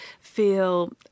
feel